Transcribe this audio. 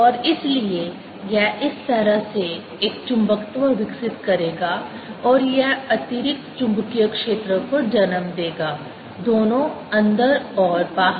और इसलिए यह इस तरह से एक चुंबकत्व विकसित करेगा और यह अतिरिक्त चुंबकीय क्षेत्र को जन्म देगा दोनों अंदर और बाहर